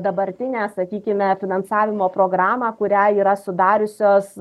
dabartinę sakykime finansavimo programą kurią yra sudariusios